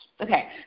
Okay